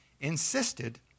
insisted